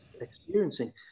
experiencing